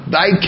Thy